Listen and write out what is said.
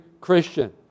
Christian